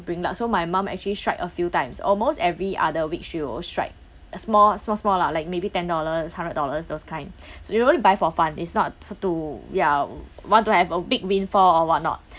bring luck so my mom actually strike a few times almost every other week she will strike a small small small lah like maybe ten dollars hundred dollars those kind she only buy for fun it's not s~ to ya want to have a big windfall or what not